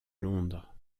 londres